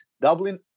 Dublin